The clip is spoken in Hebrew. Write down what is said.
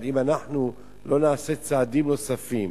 אבל אם אנחנו לא נעשה צעדים נוספים